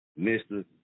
Mr